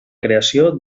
creació